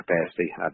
capacity